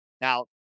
Now